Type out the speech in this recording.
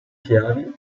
chiavi